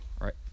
Right